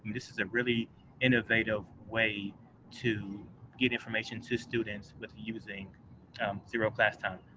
this is a really innovative way to get information to students with using zero class time.